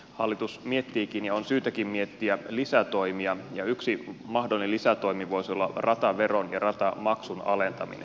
hallitus miettiikin ja on syytäkin miettiä lisätoimia ja yksi mahdollinen lisätoimi voisi olla rataveron ja ratamaksun alentaminen